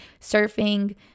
surfing